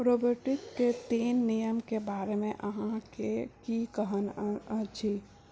रोबोटिक्सके तीन नियमके बारेमे अहांँकेँ की कहनाइ अछि